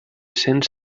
cents